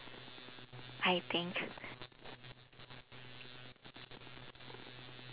I think